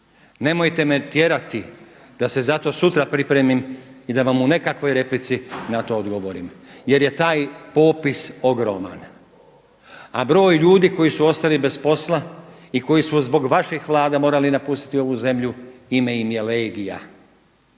Nemojte me tjerati da se zato sutra pripremim i da vam u nekakvoj replici na to odgovorim jer je taj popis ogroman, a broj ljudi koji su ostali bez posla i koji su zbog vaših Vlada morali napustiti ovu zemlju ime im je Legija.